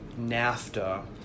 NAFTA